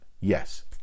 Yes